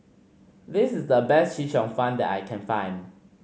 this is the best Chee Cheong Fun that I can find